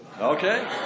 Okay